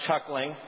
chuckling